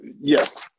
Yes